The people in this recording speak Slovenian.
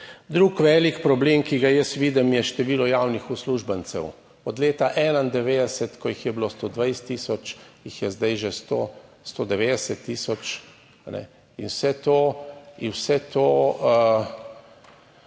Drug velik problem, ki ga jaz vidim, je število javnih uslužbencev od leta 1991, ko jih je bilo 120000, jih je zdaj že 190000. In vse to